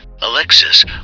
Alexis